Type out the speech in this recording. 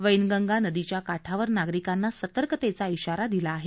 वैनगंगा नदीच्या काठावर नागरिकांना सतर्कतेचा इशारा दिला आहे